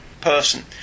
person